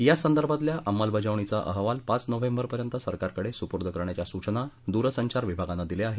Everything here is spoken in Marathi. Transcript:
यासंदर्भातल्या अंमलबजावणीचा अहवाल पाच नोव्हेंबरपर्यंत सरकारकडे सुपूर्द करण्याच्या सूचना दूरसंचार विभागानं दिल्या आहेत